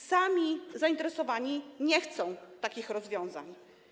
Sami zainteresowani nie chcą takich rozwiązań.